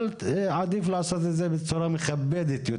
עדיף לעשות את זה בצורה מכבדת,